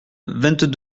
vingt